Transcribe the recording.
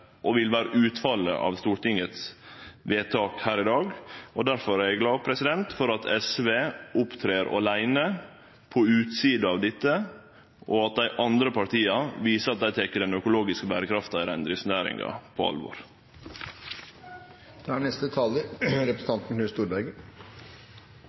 og vil vere utfallet av Stortingets vedtak her i dag. Difor er eg glad for at SV opptrer åleine, på utsida av dette, og at dei andre partia viser at dei tek den økologiske berekrafta i reindriftsnæringa på alvor.